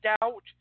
doubt